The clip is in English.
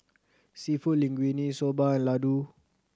Seafood Linguine Soba and Ladoo